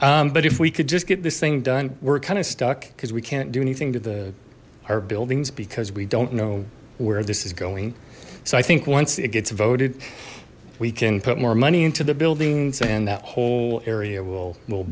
please but if we could just get this thing done we're kind of stuck because we can't do anything to the our buildings because we don't know where this is going so i think once it gets voted we can put more money into the buildings and that whole area will